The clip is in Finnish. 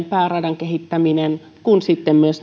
pääradan kehittäminen sinne pohjoiseen kuin sitten myös